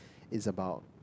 it's about